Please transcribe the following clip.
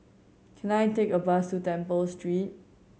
can I take a bus to Temple Street